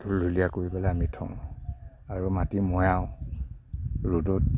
ঢুলঢুলীয়া কৰি পেলাই আমি থওঁ আৰু মাটি মৈয়াওঁ ৰ'দত